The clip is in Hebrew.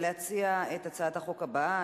אני מזמינה אותך להציע את הצעת החוק הבאה,